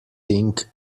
think